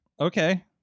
Okay